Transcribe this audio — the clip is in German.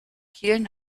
kiel